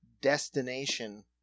destination